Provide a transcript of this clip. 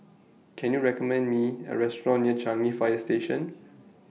Can YOU recommend Me A Restaurant near Changi Fire Station